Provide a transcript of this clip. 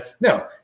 No